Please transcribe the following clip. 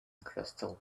crystal